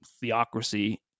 theocracy